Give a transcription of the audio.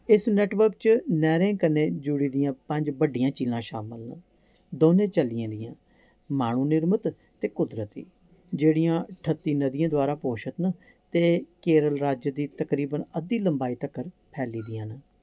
इस नैट्टवर्क च नैह्रें कन्नै जुड़ी दियां पंज बड्डियां झीलां शामल न दौंने चाल्लियें दियां माह्नू निर्मत ते कुदरती जेह्ड़ियां ठत्ती नदियें द्वारा पोशत न ते केरल राज्य दी तकरीबन अद्धी लंबाई तक्कर फैली दियां न